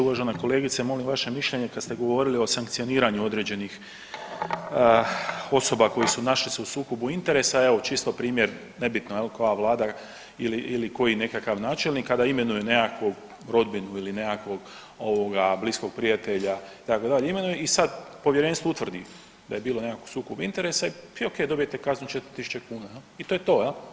Uvažena kolegice, molim vaše mišljenje kad ste govorili o sankcioniranju određenih osoba koje su našli se u sukobu interesa, evo čisto primjer nebitno jel koja vlada ili, ili koji nekakav načelnik kada imenuje nekakvu rodbinu ili nekakvog ovoga bliskog prijatelja itd. imenuje i sad povjerenstvo utvrdi da je bilo nekakvog sukoba interesa i okej dobijete kaznu 4 tisuće kuna jel i to je to jel.